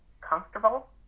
comfortable